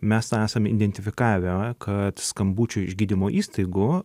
mes tą esam identifikavę kad skambučių iš gydymo įstaigų